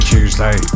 Tuesday